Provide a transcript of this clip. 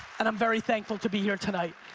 and i'm very thankful to be here tonight.